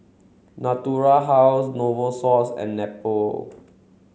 Natura House Novosource and Nepro